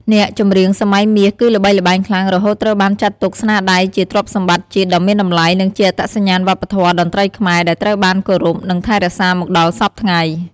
អ្នកចម្រៀងសម័យមាសគឺល្បីល្បាញខ្លាំងរហូតត្រូវបានចាត់ទុកស្នាដៃជា ទ្រព្យសម្បត្តិជាតិដ៏មានតម្លៃ និងជា អត្តសញ្ញាណវប្បធម៌តន្ត្រីខ្មែរ ដែលត្រូវបានគោរព និងថែរក្សាមកដល់សព្វថ្ងៃ។